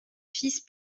fils